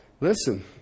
Listen